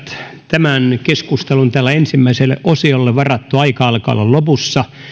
tämän keskustelun ensimmäiselle osiolle varattu aika alkaa olla lopussa